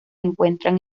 encuentran